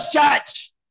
church